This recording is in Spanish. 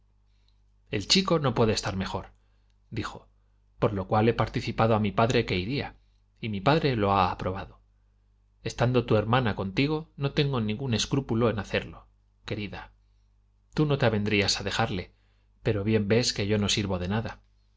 el chico no puede estar mejordijo por lo cual he participado a mi padre que iría y mi padre lo ha aprobado estando tu hermana contigo no tengo ningún escrúpulo en hacerlo querida tú no te avendrías a dejarle pero bien ves que yo no sirvo de nada